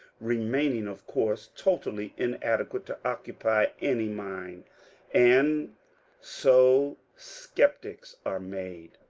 remaining, of course, totally inadequate to occupy any mind and so sceptics are made.